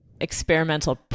experimental